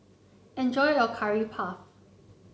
enjoy your Curry Puff